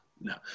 no